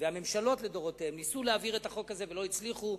והממשלות לדורותיהן ניסו להעביר את החוק הזה ולא הצליחו.